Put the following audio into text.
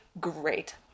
great